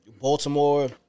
Baltimore